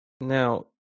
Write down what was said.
Now